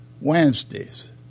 Wednesdays